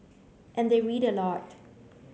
and they read a lot